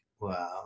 Wow